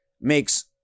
makes